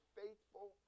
faithful